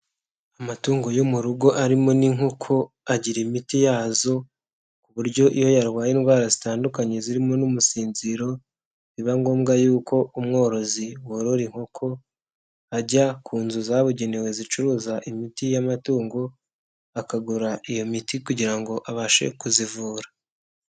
Amatungo yo mu rugo arimo n'inkoko agira imiti yazo, ku buryo iyo yarwaye indwara zitandukanye zirimo n'umusinziro, biba ngombwa yuko umworozi worora inkoko, ajya ku nzu zabugenewe zicuruza imiti y'amatungo, akagura iyo miti kugira ngo abashe kuzivura.